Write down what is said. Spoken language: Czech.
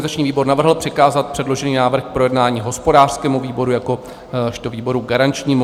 Organizační výbor navrhl přikázat předložený návrh k projednání hospodářskému výboru jako výboru garančnímu.